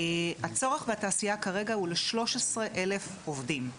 הצורך בתעשייה כרגע הוא ל-13 אלף עובדים,